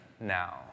now